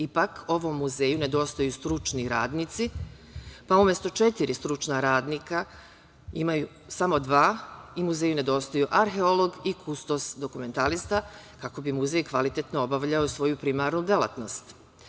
Ipak, ovom muzeju nedostaju stručni radnici, pa umesto četiri stručna radnika imaju samo dva i muzeju nedostaju arheolog i kustos dokumentarista, kako bi muzej kvalitetno obavljao svoju primarnu delatnost.